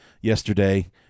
yesterday